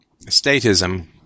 statism